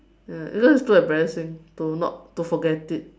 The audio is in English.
ya because it's too embarrassing to not to forget it